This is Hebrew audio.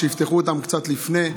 אבל עבור כל אותם עסקים שרק היום